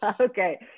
Okay